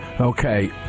okay